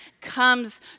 comes